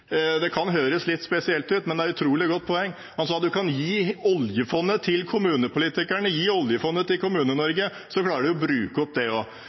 Det kan høres litt spesielt ut, men det er et utrolig godt poeng. Han sa at man kunne gi oljefondet til kommunepolitikerne, gi oljefondet til Kommune-Norge, så ville de klare å bruke opp det